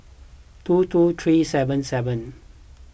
two two three seven seven